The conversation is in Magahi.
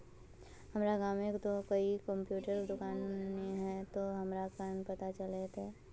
हमर गाँव में ते कोई कंप्यूटर दुकान ने है ते हमरा केना पता चलते है?